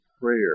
prayer